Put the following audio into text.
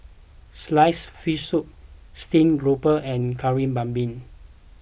Sliced Fish Soup Steamed Garoupa and Kari Babi